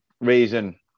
reason